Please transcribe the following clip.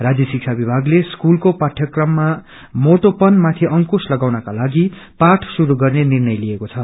राज्य शिक्षा विभागले स्कूले पाठयक्रममा मोटोपन माथि अंकुश लगाउनका लागि पाठ शुरू गर्ने निर्णय लिएको छ